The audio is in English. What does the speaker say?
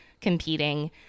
competing